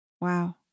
Wow